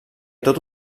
tot